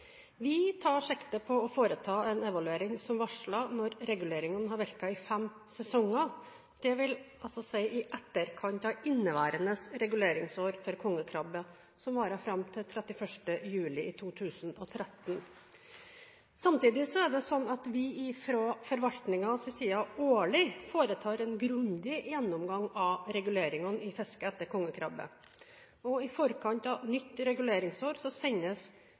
Vi tar sikte på å foreta en evaluering som varslet når reguleringene har virket i fem sesonger, det vil altså si i etterkant av inneværende reguleringsår for kongekrabbe som varer fram til 31. juli 2013. Samtidig er det slik at vi fra forvaltningens side årlig foretar en grundig gjennomgang av reguleringene i fisket etter kongekrabbe. I forkant av nytt reguleringsår sendes